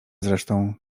zresztą